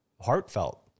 heartfelt